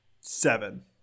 seven